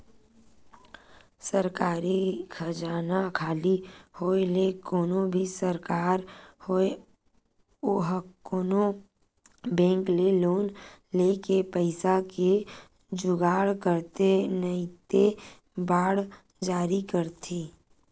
सरकारी खजाना खाली होय ले कोनो भी सरकार होय ओहा कोनो बेंक ले लोन लेके पइसा के जुगाड़ करथे नइते बांड जारी करथे